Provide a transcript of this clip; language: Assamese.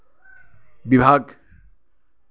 বিভাগ